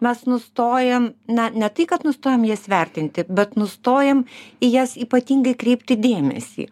mes nustojam na ne tai kad nustojam jas vertinti bet nustojam į jas ypatingai kreipti dėmesį